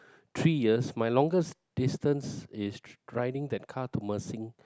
three years my longest distance is driving that car to Mersing